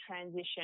transition